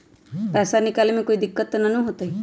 पैसा निकाले में कोई दिक्कत त न होतई?